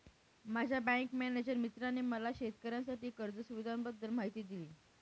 माझ्या bank manager मित्राने मला शेतकऱ्यांसाठी कर्ज सुविधांबद्दल माहिती दिली